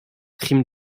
crimes